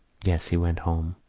yes, he went home.